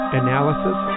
analysis